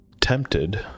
tempted